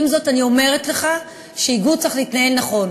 עם זאת, אני אומרת לך שאיגוד צריך להתנהל נכון.